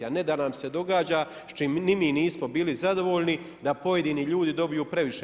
A ne da nam se događa s čim ni mi nismo bili zadovoljni, da pojedini ljudi dobiju previše.